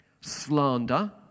slander